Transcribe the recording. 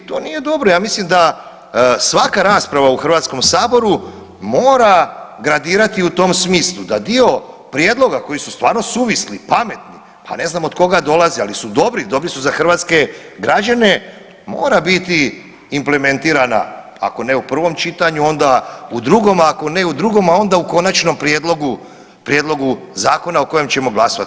To nije dobro, ja mislim da svaka rasprava u Hrvatskom saboru mora gradirati u tom smislu da dio prijedloga koji su stvarno suvisli i pametni, pa ne znam od koga dolazi, ali su dobri, dobri su za hrvatske građane mora biti implementirana ako ne u prvom čitanju onda u drugom, a ako ne u drugom, a onda u konačnom prijedlogu, prijedlogu zakona o kojem ćemo glasovat.